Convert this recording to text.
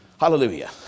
Hallelujah